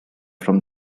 from